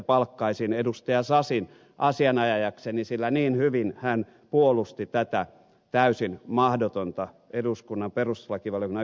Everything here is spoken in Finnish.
sasin asianajajakseni sillä niin hyvin hän puolusti tätä täysin mahdotonta eduskunnan perustuslakivaliokunnan yksimielistä lausuntoa